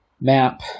map